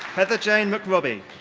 heather jane mcrobbie.